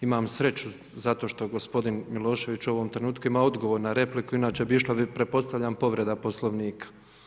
Imam sreću zato što gospodin Milošević u ovom trenutku ima odgovor na repliku, inače bi išlo, pretpostavljam, povreda Poslovnika.